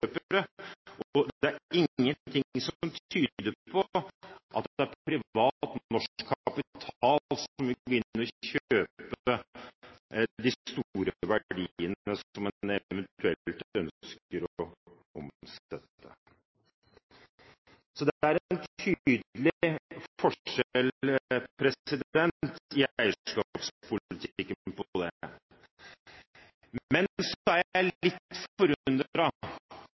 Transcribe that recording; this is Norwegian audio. og det er ingen ting som tyder på at det er privat norsk kapital som vil gå inn og kjøpe de store verdiene som en eventuelt ønsker å omsette. Så her er det en tydelig forskjell i eierskapspolitikken. Men så er jeg